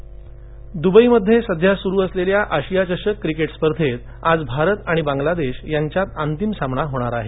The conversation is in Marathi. आशिया चषक दुबई मध्ये सुरू असलेल्या आशिया चषक क्रिकेट स्पर्धेत आज भारत आणि बांगलादेश यांच्यात अंतिम सामना होणार आहे